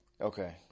Okay